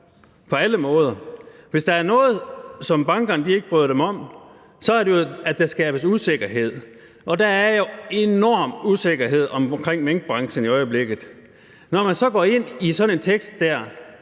på alle måder. Hvis der er noget, som bankerne ikke bryder sig om, er det, at der skabes usikkerhed, og der er jo enorm usikkerhed omkring minkbranchen i øjeblikket. Med vedtagelsesteksten er der